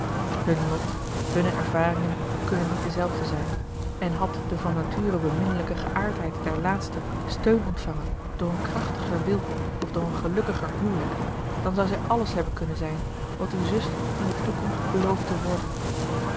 hun lot hunne ervaringen kunnen niet dezelfde zijn en had de van nature beminnelijke geaardheid der laatste steun ontvangen door een krachtiger wil of door een gelukkiger huwelijk dan zou zij alles hebben kunnen zijn wat uwe zuster in de toekomst belooft te worden